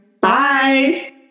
Bye